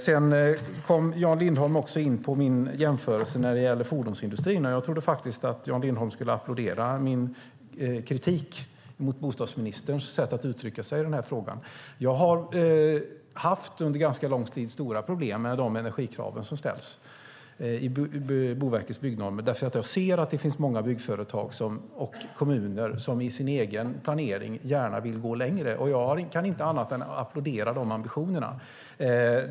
Sedan kom Jan Lindholm också in på min jämförelse när det gällde fordonsindustrin. Jag trodde faktiskt att Jan Lindholm skulle applådera min kritik mot bostadsministerns sätt att uttrycka sig i den här frågan. Jag har under ganska lång tid haft stora problem med de energikrav som ställs i Boverkets byggnormer, därför att jag ser att det finns många byggföretag och kommuner som i sin egen planering gärna vill gå längre. Jag kan inte annat än applådera de ambitionerna.